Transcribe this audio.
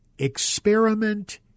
Experiment